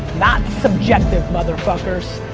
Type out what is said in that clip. not subjective mother fuckers.